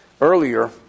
earlier